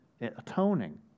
atoning